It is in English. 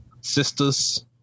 sisters